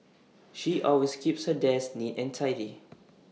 she always keeps her desk neat and tidy